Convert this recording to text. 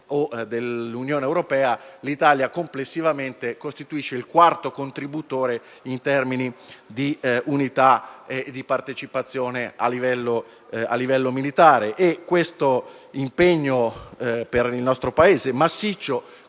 o dell'Unione europea, l'Italia costituisce il quarto contributore in termini di unità e di partecipazione a livello militare. Questo impegno per il nostro Paese, massiccio,